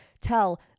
tell